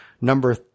number